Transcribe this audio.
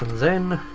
then.